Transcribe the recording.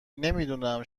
نمیدونم